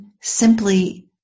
simply